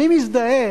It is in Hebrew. אני מזדהה